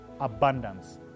abundance